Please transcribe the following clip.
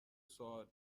سوال